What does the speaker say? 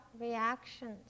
reactions